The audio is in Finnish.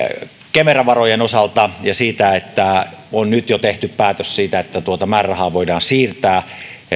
kemera varojen osalta ja siitä että on jo nyt tehty päätös siitä että tuota määrärahaa voidaan siirtää